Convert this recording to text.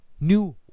New